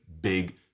big